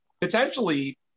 potentially